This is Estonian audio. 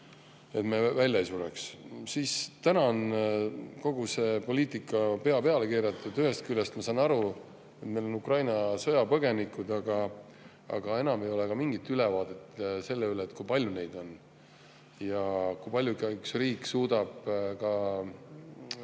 et me välja ei sureks. Praegu on kogu see poliitika pea peale keeratud. Ühest küljest ma saan aru, et meil on Ukraina sõjapõgenikud, aga enam ei ole mingit ülevaadet, kui palju neid on ja kui palju suudab riik